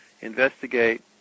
investigate